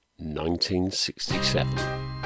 1967